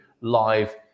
live